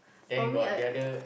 for me I